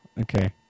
Okay